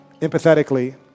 empathetically